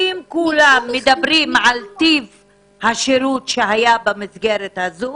אם כולם מדברים על טיב השירות שהיה במסגרת הזו